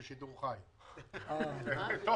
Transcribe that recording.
הדבר הזה אקוטי.